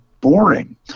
boring